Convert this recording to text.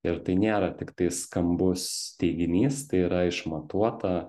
ir tai nėra tiktai skambus teiginys tai yra išmatuota